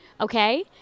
okay